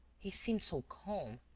he seemed so calm!